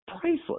priceless